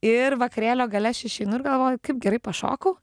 ir vakarėlio gale aš išeinu ir galvoju kaip gerai pašokau